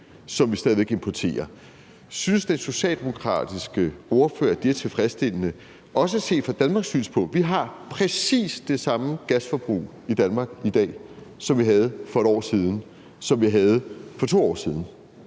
som vi importerede. Synes den socialdemokratiske ordfører, at det er tilfredsstillende, også set fra Danmarks synspunkt? Vi har præcis det samme gasforbrug i Danmark i dag, som vi havde for 1 år siden, og som vi havde for 2 år siden.